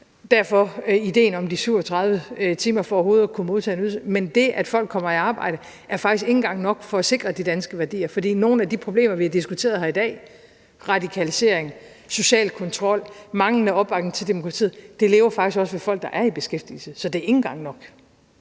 derfor ideen om de 37 timer for overhovedet at kunne modtage en ydelse – men det, at folk kommer i arbejde, er faktisk ikke engang nok for at sikre de danske værdier. For nogle af de problemer, som vi har diskuteret her i dag – radikalisering, social kontrol, manglende opbakning til demokratiet – lever faktisk også hos folk, der er i beskæftigelse. Så det er ikke engang nok.